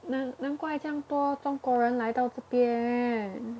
难难怪这样多中国人来到这边